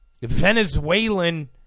Venezuelan